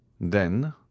Then